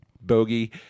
bogey